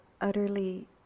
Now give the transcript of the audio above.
utterly